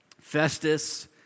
Festus